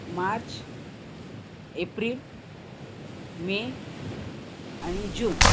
March April May आणि जून